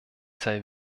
sei